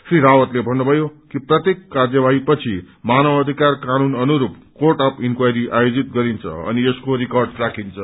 श्री रावतले भन्नुभयो कि प्रत्येक कार्यवाहीपछि मानवाधिकार कानून अनुस्रप कोर्ट अफ इन्क्वायरी आयोजित गरिन्छ अनि यसको रिकर्ड राखिन्छ